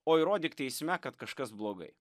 o įrodyk teisme kad kažkas blogai